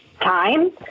time